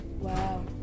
Wow